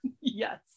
yes